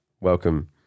welcome